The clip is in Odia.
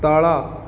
ତଳ